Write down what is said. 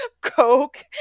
coke